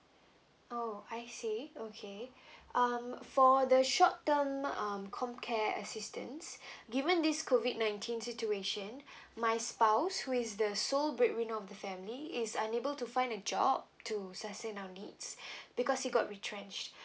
oh I see okay um for the short term um comcare assistants given this COVID nineteen situation my spouse who is the sole bread winner of the family is unable to find a job to sustain our needs because he got retrenched